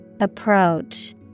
Approach